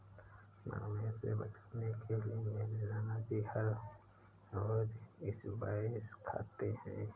मधुमेह से बचने के लिए मेरे नानाजी हर रोज स्क्वैश खाते हैं